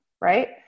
right